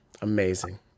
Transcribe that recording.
Amazing